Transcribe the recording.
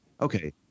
okay